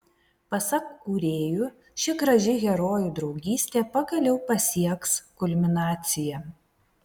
pasak kūrėjų ši graži herojų draugystė pagaliau pasieks kulminaciją